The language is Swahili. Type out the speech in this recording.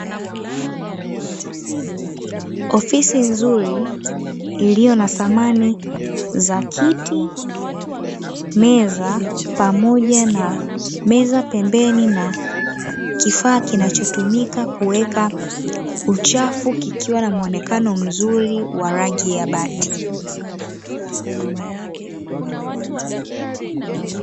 Ofisi nzuri iliyo na samani za kiti, meza pamoja na meza pembeni, na kifaa kinachotumika kuweka uchafu, kikiwa na muonekano mzuri wa rangi ya bati.